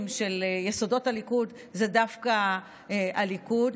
של יסודות הליכוד זה דווקא הליכוד.